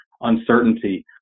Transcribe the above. uncertainty